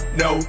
no